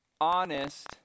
honest